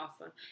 awesome